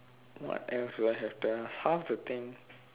what else do I have to ask half the thing